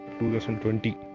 2020